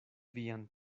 vian